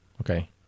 Okay